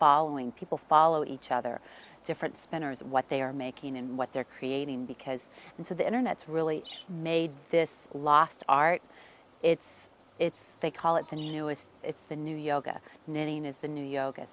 following people follow each other different spinners what they are making and what they're creating because and so the internet's really made this last art it's it's they call it the newest it's the new yoga knitting is the new yoga